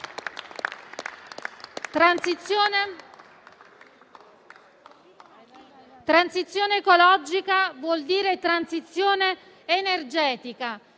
Transizione ecologica vuol dire transizione energetica,